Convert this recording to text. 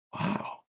Wow